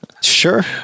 Sure